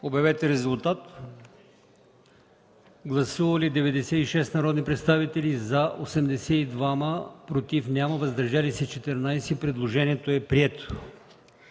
от комисията. Гласували 73 народни представители: за 70, против няма, въздържали се 3. Предложението е прието.